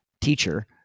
teacher